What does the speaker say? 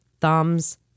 thumbs